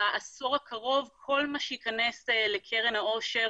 בעשור הקרוב כל מה שייכנס לקרן העושר